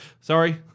Sorry